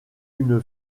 une